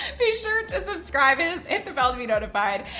be sure to subscribe and hit the bell to be notified.